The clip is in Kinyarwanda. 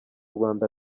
rwanda